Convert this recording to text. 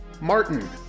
Martin